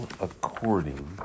according